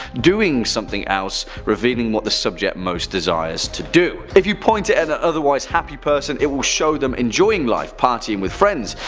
doing something else revealing what the subject most desires to do. if you point it at an otherwise happy person, it will show them enjoying life partying with friends.